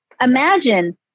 Imagine